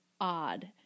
odd